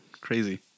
crazy